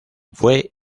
fue